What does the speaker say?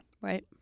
Right